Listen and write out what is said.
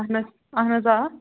N حظ اہن حظ آ